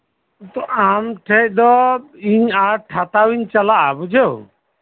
ᱟᱢ ᱴᱷᱮᱡ ᱫᱚ ᱤᱧ ᱟᱴ ᱦᱟᱛᱟᱣᱤᱧ ᱪᱟᱞᱟᱜᱼᱟ ᱵᱩᱡᱷᱟᱹᱣ